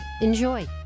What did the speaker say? Enjoy